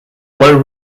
low